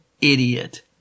idiot